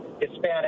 Hispanic